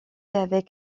avec